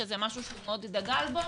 שזה משהו שהוא מאוד דגל הוא.